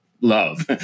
love